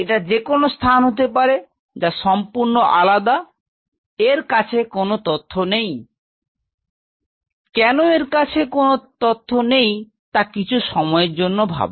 এটা যেকোনো স্থান হতে পারে যা সম্পূর্ণ আলাদা এর কাছে কোনও তথ্য নেই কেন এর কাছে এই তথ্য নেই তা কিছু সময়ের জন্য ভাব